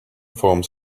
forms